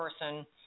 person